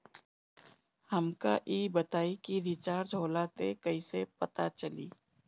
हमका ई बताई कि रिचार्ज होला त कईसे पता चली?